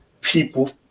people